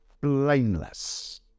blameless